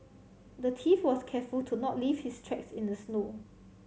the thief was careful to not leave his tracks in the snow